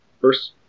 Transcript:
first